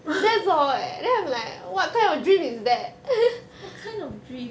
what kind of dream